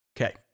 Okay